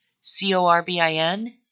C-O-R-B-I-N